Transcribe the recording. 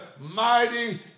mighty